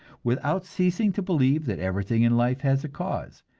without ceasing to believe that everything in life has a cause,